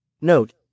Note